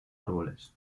árboles